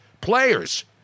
players